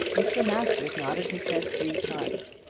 mr. masters nodded his head three times.